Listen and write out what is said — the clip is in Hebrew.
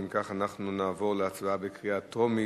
אם כך, אנחנו נעבור להצבעה בקריאה טרומית.